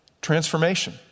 transformation